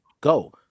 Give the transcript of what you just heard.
go